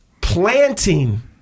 planting